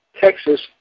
Texas